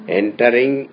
entering